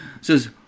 Says